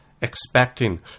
expecting